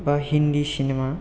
बा हिन्दी सिनेमा